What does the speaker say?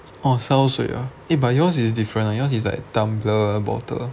oh 烧水啊 eh but yours is different yours is like tumbler bottle